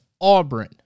Auburn